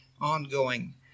ongoing